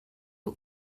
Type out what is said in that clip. but